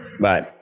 Bye